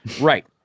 Right